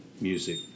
music